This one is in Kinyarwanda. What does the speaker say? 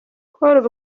call